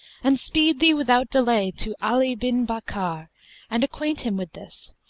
and speed thee without delay to ali bin bakkar and acquaint him with this,